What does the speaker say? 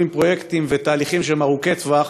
עם פרויקטים ותהליכים שהם ארוכי-טווח,